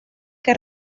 que